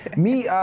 me,